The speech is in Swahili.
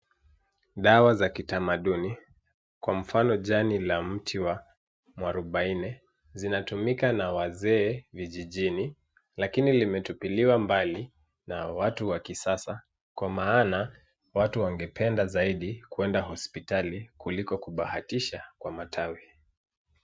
Dawa za kitamaduni. Kwa mfano jani la mti wa mwarubaini zinatumika na wazee vijijini lakini limetupiliwa mbali na watu wa kisasa kwa maana watu wangependa zaidi kwenda hospitali kuliko kubahatisha kwa matawi.